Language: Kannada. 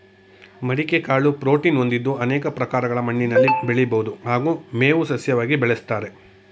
ಮಡಿಕೆ ಕಾಳು ಪ್ರೋಟೀನ್ ಹೊಂದಿದ್ದು ಅನೇಕ ಪ್ರಕಾರಗಳ ಮಣ್ಣಿನಲ್ಲಿ ಬೆಳಿಬೋದು ಹಾಗೂ ಮೇವು ಸಸ್ಯವಾಗಿ ಬೆಳೆಸ್ತಾರೆ